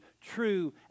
true